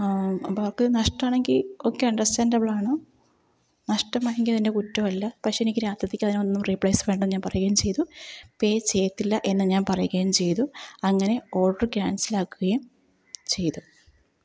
അപ്പോഴവർക്ക് നഷ്ടമാണെങ്കില് ഓക്കേ അണ്ടർസ്റ്റാൻഡബിളാണ് നഷ്ടം വന്നത് എൻ്റെ കുറ്റമല്ല പക്ഷെ എനിക്ക് രാത്രിയിലേക്ക് ഒന്നും വേണ്ട റീപ്ലേസ് വേണ്ടെന്ന് ഞാൻ പറയുകയും ചെയ്തു പേ ചെയ്യത്തില്ല എന്ന് ഞാൻ പറയുകയും ചെയ്തു അങ്ങനെ ഓർഡർ ക്യാൻസലാക്കുകയും ചെയ്തു